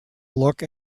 look